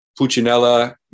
Puccinella